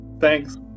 Thanks